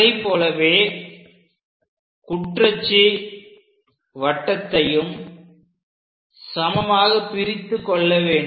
அதைப்போலவே குற்றச்சு வட்டத்தையும் சமமாக பிரித்துக் கொள்ள வேண்டும்